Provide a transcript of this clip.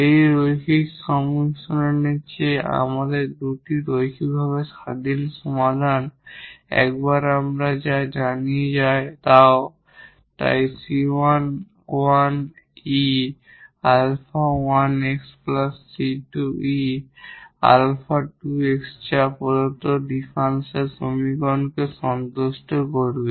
এই লিনিয়ার সংমিশ্রণের চেয়ে আমাদের দুটি লিনিয়ারভাবে ইন্ডিপেন্ডেন্ট সমাধান একবার আমরা যা জানি তাও তাই 𝑐1𝑒 𝛼1𝑥 𝑐2𝑒 𝛼2𝑥 যা এই প্রদত্ত ডিফারেনশিয়াল সমীকরণকেও সন্তুষ্ট করবে